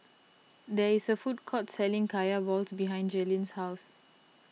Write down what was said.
there is a food court selling Kaya Balls behind Jaelyn's house